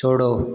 छोड़ो